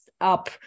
up